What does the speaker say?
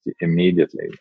immediately